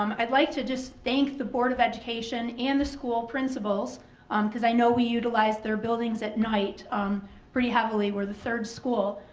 um i'd like to just thank the board of education and the school principals um because i know we utilize their buildings at night um pretty heavily. we're the third school,